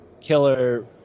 killer